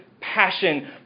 passion